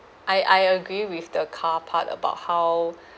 I I agree with the car part about how